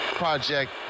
Project